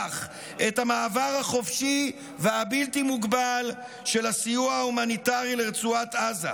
את המעבר החופשי והבלתי-מוגבל של הסיוע ההומניטרי לרצועת עזה,